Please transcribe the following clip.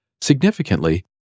Significantly